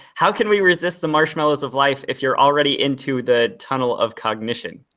how can we resist the marshmallows of life if you're already into the tunnel of cognition?